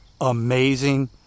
amazing